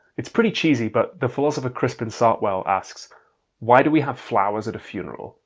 it's pretty cheesy but the philosopher crispin sartwell asks why do we have flowers at a funeral?